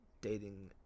dating